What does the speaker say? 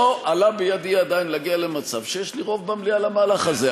לא עלה בידי עדיין להגיע למצב שיש לי רוב במליאה למהלך הזה.